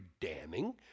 damning